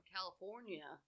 California